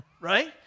right